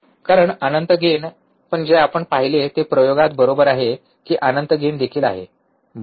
कारण अनंत गेन पण जे आपण पाहिले ते प्रयोगात बरोबर आहे की अनंत गेन देखील आहे बरोबर